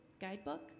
Guidebook